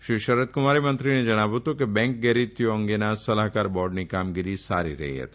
શ્રી શરદ કુમારે મંત્રીને જણાવ્યું હતું કે બેંક ગેરરીતીઓ અંગેના સલાહકાર બોર્ડની કામગીરી સારી રહી હતી